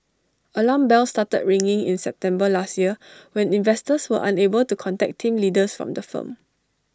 alarm bells started ringing in September last year when investors were unable to contact team leaders from the firm